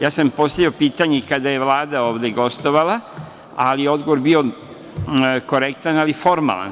Ja sam postavio pitanje kada je Vlada ovde gostovala, ali je odgovor bio korektan, ali formalan.